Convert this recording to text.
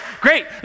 great